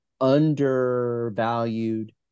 undervalued